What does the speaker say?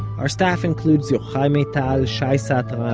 our staff includes yochai maital, shai satran,